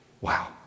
Wow